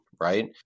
Right